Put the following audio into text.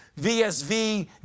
VSV